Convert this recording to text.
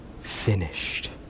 finished